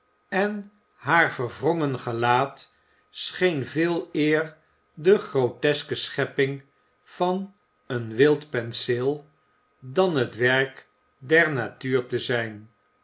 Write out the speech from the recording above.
en haar verwrongen gelaat scheen veeleer de groteske schepping van een wild penseel dan het werk der natuur te zijn